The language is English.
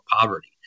poverty